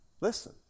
listen